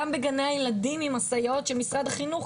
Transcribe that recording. גם בגני הילדים עם הסייעות של משרד החינוך,